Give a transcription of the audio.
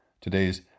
Today's